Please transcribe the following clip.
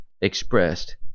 expressed